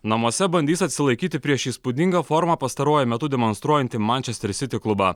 namuose bandys atsilaikyti prieš įspūdingą formą pastaruoju metu demonstruojanti mančesteris siti klubą